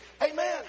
Amen